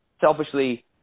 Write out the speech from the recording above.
selfishly